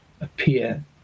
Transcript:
appear